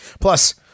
Plus